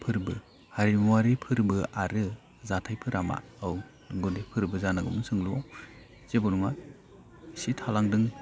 फोरबो हारिमुवारि फोरबो आरो जाथायफोरा मा औ नोंगौदि फोरबो जानांगौमोन सोंलुआव जेबो नङा इसे थालांदों